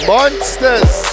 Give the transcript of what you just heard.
Monsters